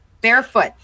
Barefoot